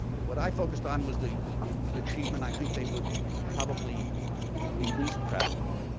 what i focused on was the achievement, i think, they would probably be least proud of,